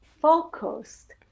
focused